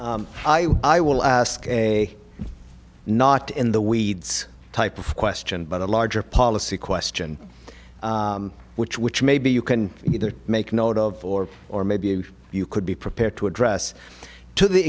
i will ask a not in the weeds type of question but a larger policy question which which maybe you can either make note of or or maybe you could be prepared to address to the